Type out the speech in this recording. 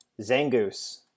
Zangoose